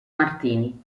martini